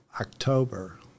October